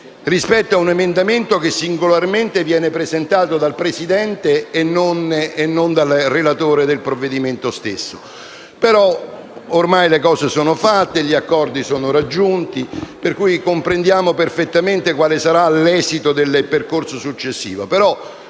rispetto a un emendamento che singolarmente viene presentato dal Presidente e non dal relatore del provvedimento stesso. Però, ormai le cose sono fatte e gli accordi sono raggiunti, per cui comprendiamo perfettamente quale sarà l'esito del percorso successivo.